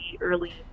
early